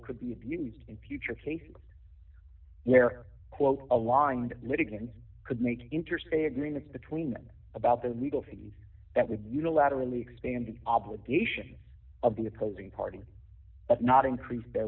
could be abused in future cases where quote aligned litigants could make interest a agreements between about the legal fees that would unilaterally expand obligations of the opposing party but not increase their